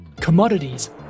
commodities